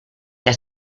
been